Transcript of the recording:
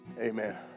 Amen